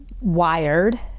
wired